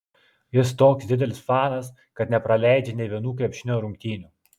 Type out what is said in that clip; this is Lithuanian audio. jis toks didelis fanas kad nepraleidžia nė vienų krepšinio rungtynių